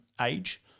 age